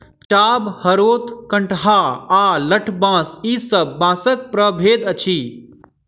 चाभ, हरोथ, कंटहा आ लठबाँस ई सब बाँसक प्रभेद अछि